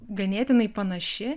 ganėtinai panaši